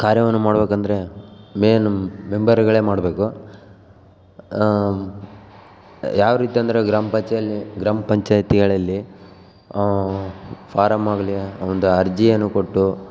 ಕಾರ್ಯವನ್ನು ಮಾಡಬೇಕಂದ್ರೆ ಮೈನ್ ಮೆಂಬರುಗಳೇ ಮಾಡಬೇಕು ಯಾವರೀತಿ ಅಂದರೆ ಗ್ರಾಮ ಪಂಚಾಯಲ್ಲಿ ಗ್ರಾಮ ಪಂಚಾಯ್ತಿಗಳಲ್ಲಿ ಫಾರಮ್ ಆಗಲಿ ಒಂದು ಅರ್ಜಿಯನ್ನು ಕೊಟ್ಟು